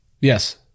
Yes